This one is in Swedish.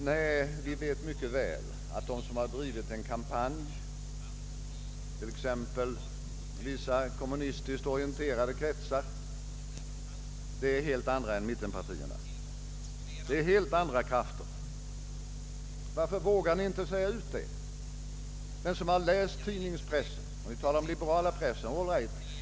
Nej, vi vet mycket väl att de som drivit en kampanj — t.ex. vissa kommunistiskt orienterade kretsar — är helt andra än mittenpartierna. Varför vågar ni inte säga det?